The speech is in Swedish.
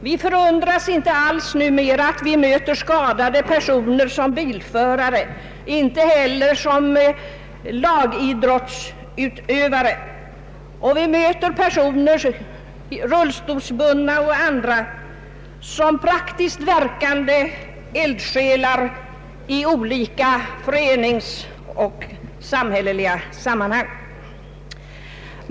Vi förundras numera inte alls när vi möter skadade personer som bilförare eller som utövare av lagidrott. Vi möter rullstolsbundna och andra som praktiskt verkande eldsjälar i olika föreningsoch samhälleliga sammanhang.